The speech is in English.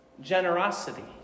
Generosity